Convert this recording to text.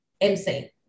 MC